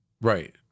right